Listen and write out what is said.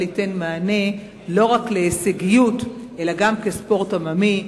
ייתן מענה לא רק להישגיות אלא גם כספורט עממי,